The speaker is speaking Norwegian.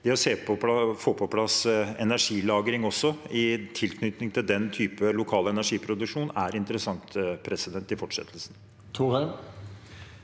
Å få på plass energilagring i tilknytning til den typen lokal energiproduksjon er interessant i fortsettelsen.